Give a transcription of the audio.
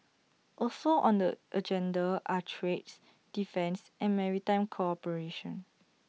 also on the agenda are trades defence and maritime cooperation